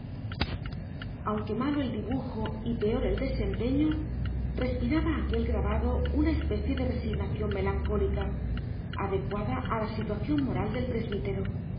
aunque malo el dibujo y peor el desempeño respiraba aquel grabado una especie de resignación melancólica adecuada a la situación moral del presbítero